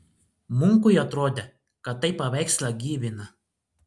munkui atrodė kad tai paveikslą gyvina